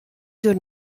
der